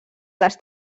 les